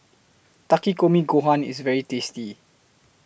Takikomi Gohan IS very tasty